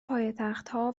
پایتختها